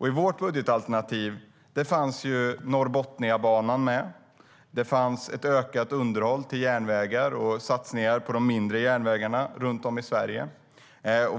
I vårt budgetalternativ fanns Norrbotniabanan med. Det fanns ett ökat underhåll till järnvägar och satsningar på de mindre järnvägarna runt om i Sverige.